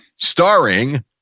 Starring